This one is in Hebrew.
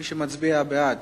מי שמצביע בעד,